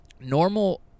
normal